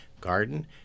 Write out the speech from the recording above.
garden